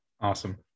Awesome